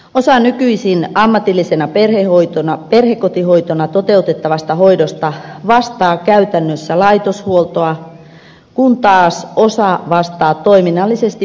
osa nykyisin ammatillisena perhekotihoitona toteutettavasta hoidosta vastaa käytännössä laitoshuoltoa kun taas osa vastaa toiminnallisesti perhehoitoa